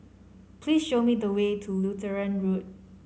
please show me the way to Lutheran Road